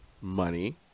money